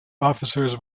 officers